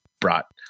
brought